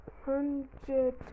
hundred